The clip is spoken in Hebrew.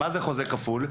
מה זה חוזה כפול?